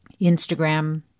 Instagram